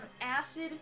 acid